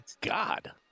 God